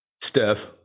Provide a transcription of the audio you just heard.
Steph